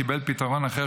קיבל פתרון אחר,